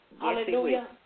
Hallelujah